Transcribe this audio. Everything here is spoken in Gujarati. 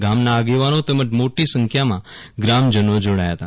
ગામના આગેવાનો તેમજ મોટી સંખ્યામાં ગ્રામજનો જોડાયા હતા